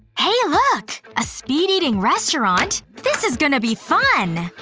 hey look! a speed-eating restaurant? this is gonna be fun!